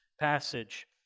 passage